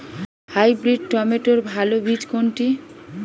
Hybrid টমেটোর ভালো বীজ কোনটি?